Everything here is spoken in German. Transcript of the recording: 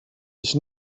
ich